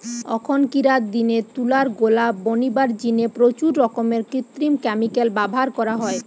অখনকিরার দিনে তুলার গোলা বনিবার জিনে প্রচুর রকমের কৃত্রিম ক্যামিকাল ব্যভার করা হয়